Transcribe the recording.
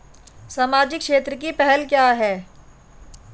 सामाजिक क्षेत्र की पहल क्या हैं?